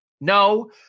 No